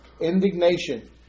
indignation